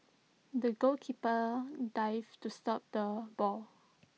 the goalkeeper dived to stop the ball